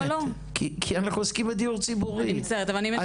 אני מצטערת אבל אני מנהלת --- את